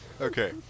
Okay